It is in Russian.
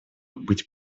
быть